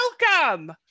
welcome